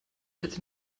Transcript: hätte